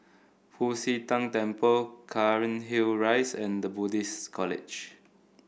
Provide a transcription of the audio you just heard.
Fu Xi Tang Temple Cairnhill Rise and The Buddhist College